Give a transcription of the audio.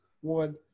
one